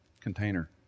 container